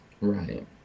right